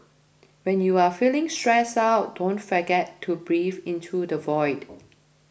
when you are feeling stressed out don't forget to breathe into the void